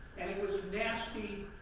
and it was nasty,